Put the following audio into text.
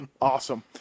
Awesome